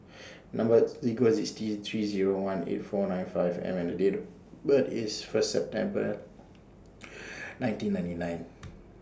Number sequence IS T three Zero one eight four nine five M and Date of birth IS First September nineteen ninety nine